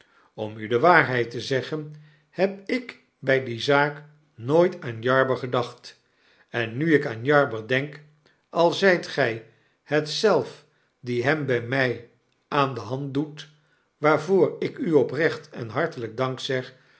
om u de waarheid te zeggen heb ik by die zaak nooit aan jarber gedacht en nu ik aan jarber denk al zyt gy het zelf die hem my aan de hand doet waarvoor ik u oprecht en hartelyk dank